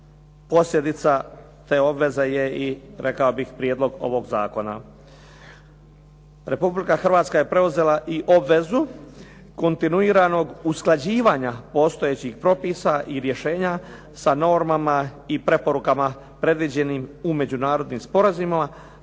Posljedica te obveze je i rekao bih prijedlog ovog zakona. Republika Hrvatska je preuzela i obvezu kontinuiranog usklađivanja postojećih propisa i rješenja sa normama i preporukama predviđenim u međunarodnim sporazumima